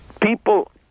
people